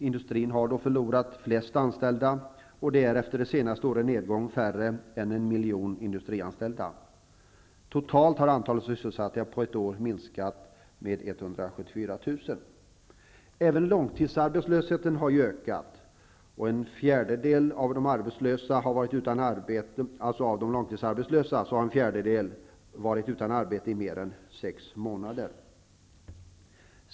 Industrin har förlorat flest anställda. Efter de senaste årens nedgång finns där färre än en miljon industrianställda. Totalt har antalet sysselsatta minskat med 174 000 på ett år. Även långtidsarbetslösheten har ökat. En fjärdedel av de långtidsarbetslösa har varit utan arbete i mer än sex månader.